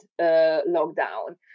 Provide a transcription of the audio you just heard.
lockdown